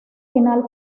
final